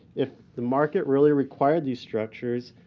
if the market really required these structures,